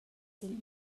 digl